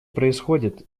происходит